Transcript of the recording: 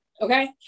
okay